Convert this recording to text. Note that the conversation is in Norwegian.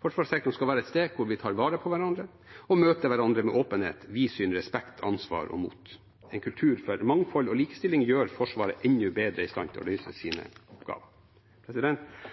Forsvarssektoren skal være et sted hvor vi tar vare på hverandre og møter hverandre med åpenhet, vidsyn, respekt, ansvar og mot. En kultur for mangfold og likestilling gjør Forsvaret enda bedre i stand til å